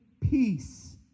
peace